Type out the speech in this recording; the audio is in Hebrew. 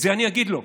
את זה אני אגיד לו.